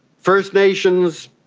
first nations,